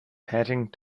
panting